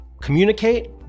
communicate